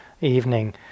evening